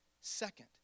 second